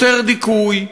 יותר דיכוי,